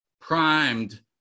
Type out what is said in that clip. primed